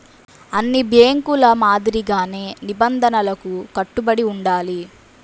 అన్ని బ్యేంకుల మాదిరిగానే నిబంధనలకు కట్టుబడి ఉండాలి